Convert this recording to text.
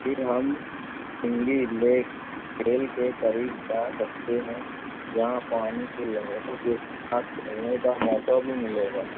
پھر ہم انجی لیک جیل کے قریب جا سکتے ہیں جہاں پانی کی لہروں کے ساتھ کھیلنے کا موقع بھی ملے گا